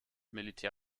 militär